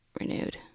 renewed